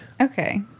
Okay